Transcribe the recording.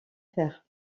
faire